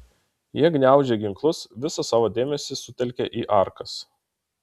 jie gniaužė ginklus visą savo dėmesį sutelkę į arkas